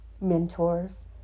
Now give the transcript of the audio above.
Mentors